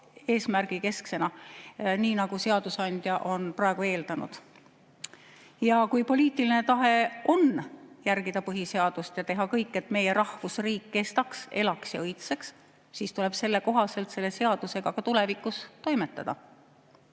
eesmärgi kesksena, nii nagu seadusandja on eeldanud. Kui aga poliitiline tahe on järgida põhiseadust ja teha kõik, et meie rahvusriik kestaks, elaks ja õitseks, siis tuleb sellekohaselt selle seadusega ka tulevikus toimetada.